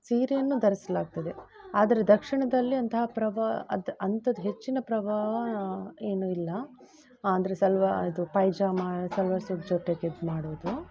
ಸೀರೆಯನ್ನು ಧರಿಸ್ಲಾಗ್ತದೆ ಆದರೆ ದಕ್ಷಿಣದಲ್ಲಿ ಅಂತಹ ಪ್ರವಾ ಅದು ಅಂಥದ್ದು ಹೆಚ್ಚಿನ ಪ್ರಭಾವ ಏನು ಇಲ್ಲ ಅಂದರೆ ಸಲ್ವಾ ಇದು ಪೈಜಾಮ ಸಲ್ವಾರ್ ಸೂಟ್ ಜೊತೆಗೆ ಇದು ಮಾಡೋದು